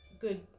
Good